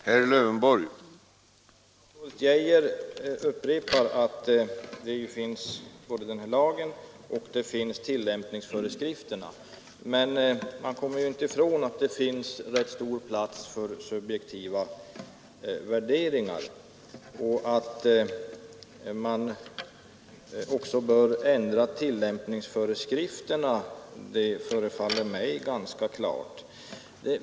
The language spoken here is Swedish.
Herr talman! Statsrådet Geijer upprepar att både den här lagen och tillämpningsföreskrifterna finns. Men man kommer inte ifrån att det också finns stor plats för subjektiva värderingar, och att man också bör ändra tillämpningsföreskrifterna förefaller mig vara ganska klart.